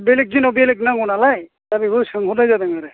बेलेग दिनाव बेलेग नांगौ नालाय दा बेखौ सोंहरनाय जादों आरो